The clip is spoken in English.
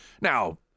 Now